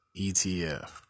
ETF